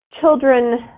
children